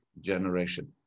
generation